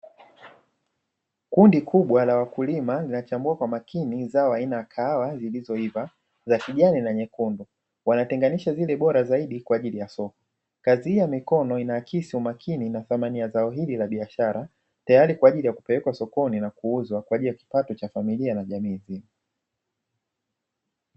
Kundi kubwa la wakulima linachambua kwa makini zao aina ya kahawa zilizoiva za kijani na nyekundu, wanatenganisha zile bora zaidi kwa ajili ya soko. Kazi hii ya mikono inaakisi umakini na thamani ya zao hili la biashara, tayari kwa ajili ya kupelekwa sokoni na kuuzwa kwa ajili ya kipato cha familia na jamii nzima.